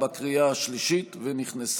אני מוסיף